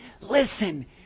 listen